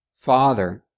father